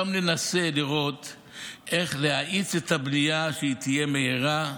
ננסה לראות איך להאיץ את הבנייה שתהיה מהירה,